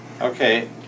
Okay